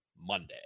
Monday